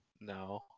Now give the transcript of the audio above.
No